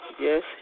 Yes